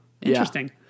interesting